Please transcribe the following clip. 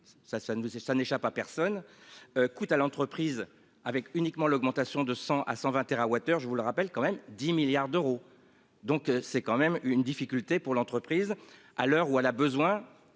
ça n'échappe à personne. Coûte à l'entreprise avec uniquement l'augmentation de 100 à 120 TWh. Je vous le rappelle quand même 10 milliards d'euros. Donc c'est quand même une difficulté pour l'entreprise. À l'heure où elle a besoin